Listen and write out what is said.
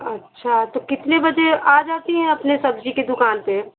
अच्छा तो कितने बजे आ जाती है अपनी सब्ज़ी के दुकान पर